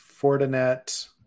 Fortinet